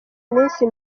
iminsi